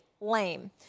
Lame